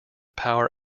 power